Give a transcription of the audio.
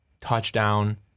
touchdown